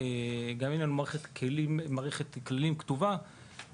גם אם אין לנו מערכת כתובה של כללים,